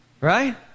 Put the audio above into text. Right